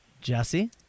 Jesse